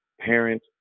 parent